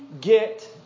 get